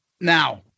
now